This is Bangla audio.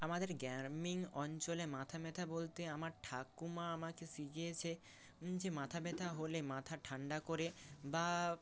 আমাদের গ্রামীণ অঞ্চলে মাথা ব্যথা বলতে আমার ঠাকুমা আমাকে শিখিয়েছে যে মাথা ব্যথা হলে মাথা ঠান্ডা করে বা